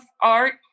art